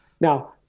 Now